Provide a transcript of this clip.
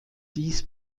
dies